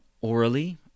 orally